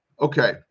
Okay